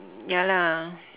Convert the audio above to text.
ya lah